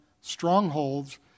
strongholds